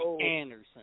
Anderson